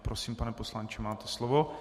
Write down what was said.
Prosím, pane poslanče, máte slovo.